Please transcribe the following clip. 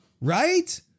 right